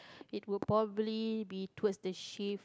it would probably be towards the shift